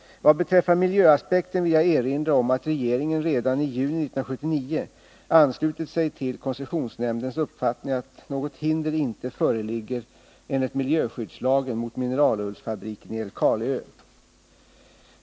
Vad beträffar miljöaspekten vill jag erinra om att regeringen redan i juni 1979 anslutit sig till koncessionsnämndens uppfattning att något hinder inte föreligger enligt miljöskyddslagen mot mineralullsfabriken i Älvkarleö.